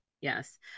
Yes